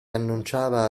annunciava